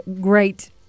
great